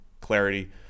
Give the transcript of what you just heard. clarity